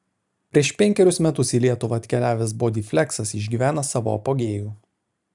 prieš penkerius metus į lietuvą atkeliavęs bodyfleksas išgyvena savo apogėjų